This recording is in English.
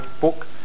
book